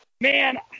Man